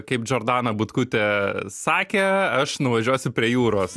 kaip džordana butkutė sakė aš nuvažiuosiu prie jūros